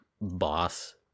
boss